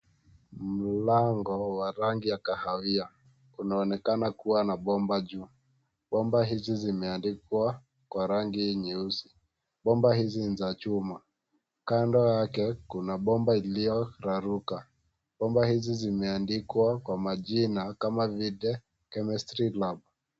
Mlango wa rangi ya kahawia unaonekana kuwa na bomba juu. Bomba hizi zimeandikwa kwa rangi nyeusi. Bomba hizi ni za chuma. Kando yake kuna bomba iliyoraruka. Bomba hizi zimeandikwa kwa majina, kama vile chemistry lab .